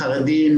חרדים,